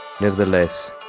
Nevertheless